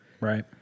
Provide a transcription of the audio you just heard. Right